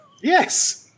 Yes